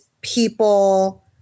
people